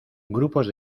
grupos